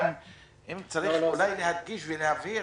אולי צריך להדגיש ולהבהיר